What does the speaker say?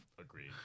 Agreed